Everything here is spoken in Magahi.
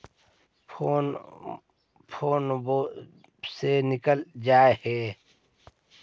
फोनवो से निकल जा है?